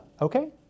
okay